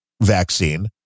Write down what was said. vaccine